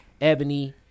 ebony